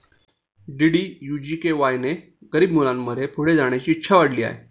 DDU GKY ने गरीब मुलांमध्ये पुढे जाण्याची इच्छा वाढविली आहे